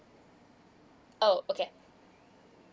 oh okay